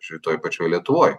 šitoj pačioj lietuvoj